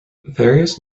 various